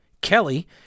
Kelly